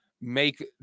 make